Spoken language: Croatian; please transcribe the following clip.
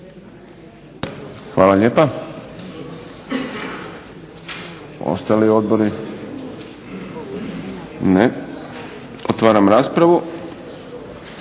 Hvala lijepa. Ostali odbori? Ne. Otvaram raspravu.